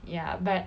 ya but